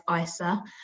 ISA